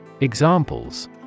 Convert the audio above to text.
Examples